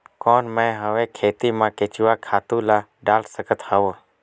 कौन मैं हवे खेती मा केचुआ खातु ला डाल सकत हवो?